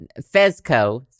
Fezco